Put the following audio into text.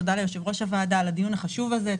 תודה ליושב-ראש הוועדה על הדיון החשוב הזה,